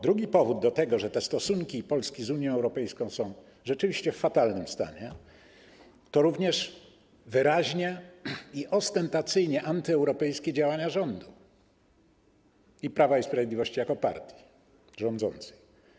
Drugi powód tego, że stosunki Polski z Unią Europejską są rzeczywiście w fatalnym stanie, to wyraźnie i ostentacyjnie antyeuropejskie działania rządu i Prawa i Sprawiedliwości jako partii rządzącej.